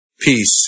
Peace